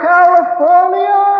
California